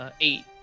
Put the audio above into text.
Eight